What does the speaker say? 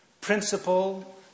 principle